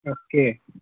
okay